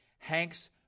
Hanks